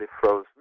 frozen